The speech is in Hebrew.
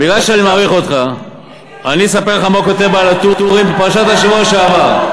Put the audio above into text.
בגלל שאני מעריך אותך אספר לך מה כותב "בעל הטורים" בפרשת השבוע שעבר.